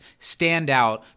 standout